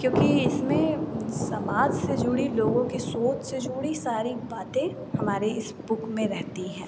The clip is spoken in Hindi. क्योंकि इसमें समाज से जुड़ी लोगों की सोच से जुड़ी सारी बातें हमारे इस बुक में रहती हैं